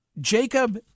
Jacob